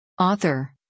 Author